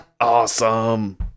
Awesome